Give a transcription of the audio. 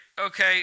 Okay